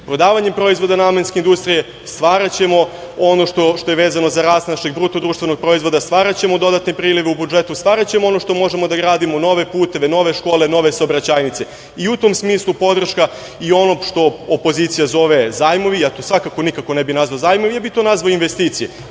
industriju. Prodavanjem proizvoda namenske industrije stvaraćemo ono što je vezano za rast našeg BDP-a, stvaraćemo dodatne prilive u budžetu, stvaraćemo ono što možemo da gradimo, nove puteve, nove škole, nove saobraćajnice i u tom smislu podrška i onom što opozicija zove zajmovi, a ja to svakako nikako ne bih nazvao zajmom. Ja bih to nazvao investicijama,